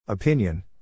Opinion